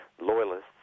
loyalists